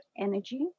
energy